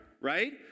right